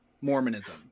Mormonism